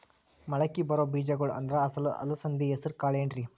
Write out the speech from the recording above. ಮಳಕಿ ಬರೋ ಬೇಜಗೊಳ್ ಅಂದ್ರ ಅಲಸಂಧಿ, ಹೆಸರ್ ಕಾಳ್ ಏನ್ರಿ?